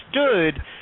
understood